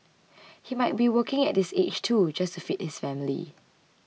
he might be working at this age too just to feed his family